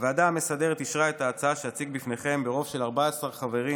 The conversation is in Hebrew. הוועדה המסדרת אישרה את ההצעה שאציג בפניכם ברוב של 14 חברים,